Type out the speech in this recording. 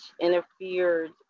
interfered